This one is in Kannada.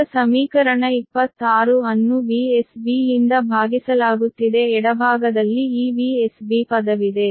ಈಗ ಸಮೀಕರಣ 26 ಅನ್ನು VsB ಯಿಂದ ಭಾಗಿಸಲಾಗುತ್ತಿದೆ ಎಡಭಾಗದಲ್ಲಿ ಈ VsB ಪದವಿದೆ